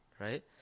right